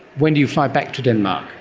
when do you fly back to denmark?